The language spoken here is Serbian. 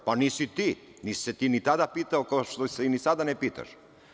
Pa, nisi ti, nisi se ti ni tada pitao kao što se ni sada ne pitaš.